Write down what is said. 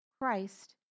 Christ